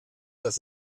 dass